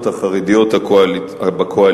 בוקר